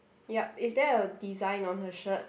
yup is there a design on her shirt